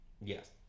Yes